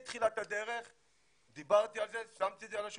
מתחילת הדרך דיברתי על זה, שמתי את זה על השולחן,